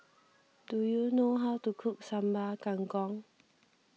do you know how to cook Sambal Kangkong